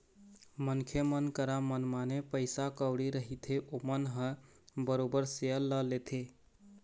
मनखे मन करा मनमाने पइसा कउड़ी रहिथे ओमन ह बरोबर सेयर ल लेथे